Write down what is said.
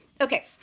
Okay